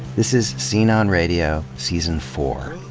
this is scene on radio season four,